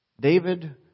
David